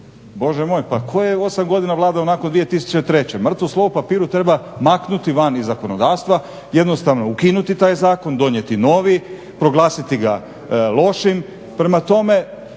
Bože moj tko je 8 godina vladao nakon 2003.? Mrtvo slovo na papiru treba maknuti van iz zakonodavstva, jednostavno ukinuti taj zakon, donijeti novi, proglasiti ga lošim.